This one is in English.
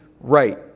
right